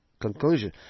conclusion